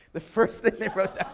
the first thing they wrote